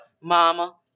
Mama